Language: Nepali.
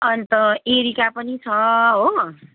अन्त एरिका पनि छ हो